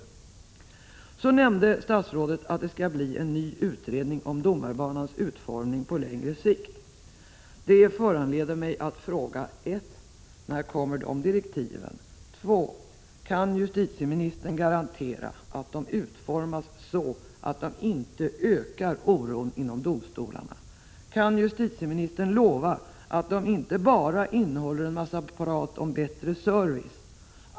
I svaret nämnde statsrådet att det skall bli en ny utredning om domarbanans utformning på längre sikt. Detta föranleder mig att fråga: 1. När kommer direktiven? 2. Kan justitieministern garantera att de utformas så att de inte ökar oron inom domstolarna? Kan justitieministern lova att de inte bara innehåller en massa prat om bättre service?